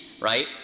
right